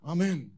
Amen